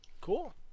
Cool